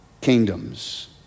kingdoms